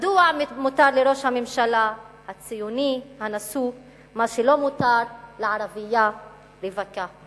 מדוע מותר לראש הממשלה הציוני הנשוי מה שלא מותר לערבייה רווקה?